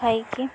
ଖାଇକି